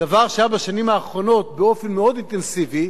דבר שהיה בשנים האחרונות באופן מאוד אינטנסיבי,